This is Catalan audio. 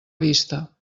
vista